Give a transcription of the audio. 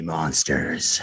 Monsters